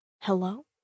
Hello